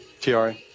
tiara